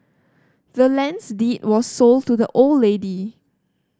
the land's deed was sold to the old lady